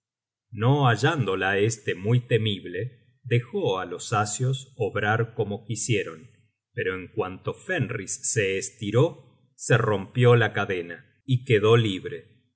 no hallándola este muy temible dejó á los asios obrar como quisieron pero en cuanto fenris se estiró se rompió la cadena y quedó libre